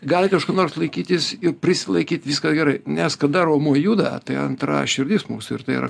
galite už ko nors laikytis ir prisilaikyt viskas gerai nes kada raumuo juda tai antra širdis mūsų ir tai yra